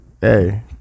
Hey